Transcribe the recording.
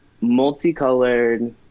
multicolored